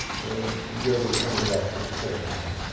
when you are be coming back in a second life,